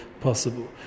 possible